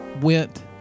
went